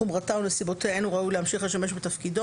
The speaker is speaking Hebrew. חומרתה או נסיבותיה אין הוא ראוי להמשיך לשמש בתפקידו,